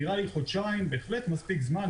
נראה לי שחודשיים זה מספיק זמן.